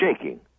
shaking